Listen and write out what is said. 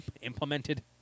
implemented